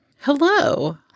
Hello